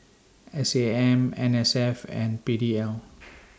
S A M N S F and P D L